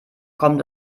kommt